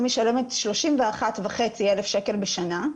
אני משלמת 31,500 שקל בשנה,